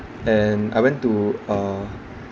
and I went to uh